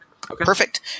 Perfect